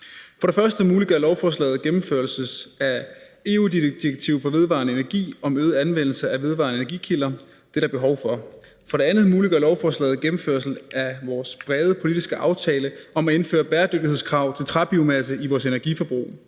For det første muliggør lovforslaget gennemførelse af EU-direktivet for vedvarende energi om øget anvendelse af vedvarende energikilder. Det er der behov for. For det andet muliggør lovforslaget gennemførelse af vores brede politiske aftale om at indføre bæredygtighedskrav til træbiomasse i vores energiforbrug.